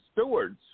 stewards